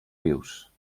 vius